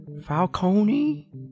Falcone